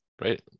right